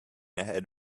ahead